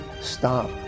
stop